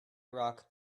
rock